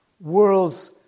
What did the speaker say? Worlds